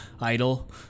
Idol